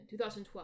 2012